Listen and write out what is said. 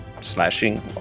slashing